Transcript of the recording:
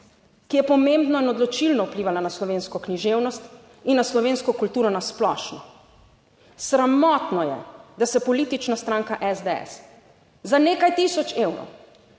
ki je pomembno in odločilno vplivala na slovensko književnost in na slovensko kulturo na splošno. Sramotno je, da se politična stranka SDS za nekaj tisoč evrov,